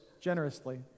generously